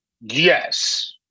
Yes